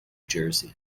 jersey